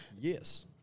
Yes